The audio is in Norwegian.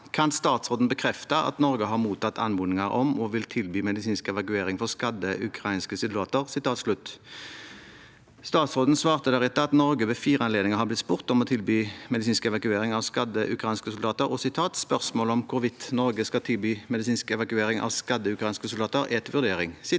statsråden bekrefte at Norge har mottatt anmodninger om, og vil tilby, medisinsk evakuering for skadede ukrainske soldater (…)?» Statsråden svarte deretter at Norge ved fire anledninger har blitt spurt om å tilby medisinsk evakuering av skadede ukrainske soldater, og at «spørsmålet om hvorvidt Norge skal tilby medisinsk evakuering av skadede ukrainske soldater, er til vurdering».